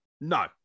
No